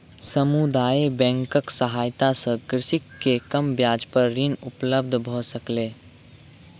समुदाय बैंकक सहायता सॅ कृषक के कम ब्याज पर ऋण उपलब्ध भ सकलै